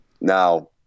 Now